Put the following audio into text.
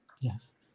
Yes